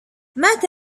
مات